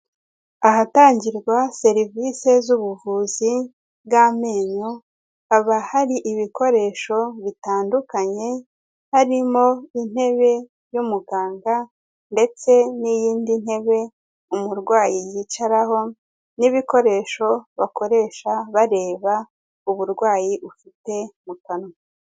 Ahatangirwa serivise z'ubuvuzi bw'amenyo haba hari ibikoresho bitandukanye, harimo intebe y'umuganga ndetse n'iyindi ntebe umurwayi yicaraho n'ibikoresho bakoresha bareba uburwayi ufite mu kanwa.